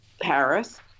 Paris